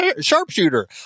sharpshooter